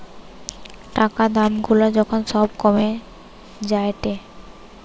টাকা দাম গুলা যখন সব কমে যায়েটে